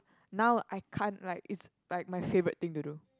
now I can't like it's like my favourite thing to do